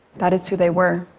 that is who they were.